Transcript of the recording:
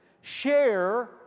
Share